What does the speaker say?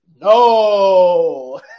No